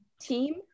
team